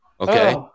Okay